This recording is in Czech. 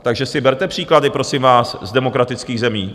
Takže si berte příklady, prosím vás, z demokratických zemí.